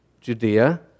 Judea